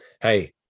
hey